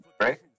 Right